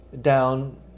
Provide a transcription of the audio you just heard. down